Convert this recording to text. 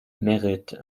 merit